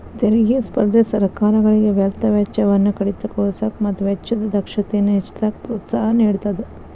ತೆರಿಗೆ ಸ್ಪರ್ಧೆ ಸರ್ಕಾರಗಳಿಗೆ ವ್ಯರ್ಥ ವೆಚ್ಚವನ್ನ ಕಡಿತಗೊಳಿಸಕ ಮತ್ತ ವೆಚ್ಚದ ದಕ್ಷತೆಯನ್ನ ಹೆಚ್ಚಿಸಕ ಪ್ರೋತ್ಸಾಹ ನೇಡತದ